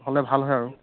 হ'লে ভাল হয় আৰু